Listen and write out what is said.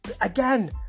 Again